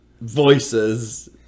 voices